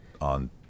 on